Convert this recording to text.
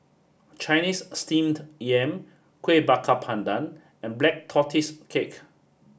Chinese Steamed Yam Kueh Bakar Pandan and Black Tortoise cake